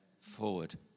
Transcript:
forward